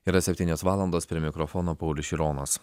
yra septynios valandos prie mikrofono paulius šironas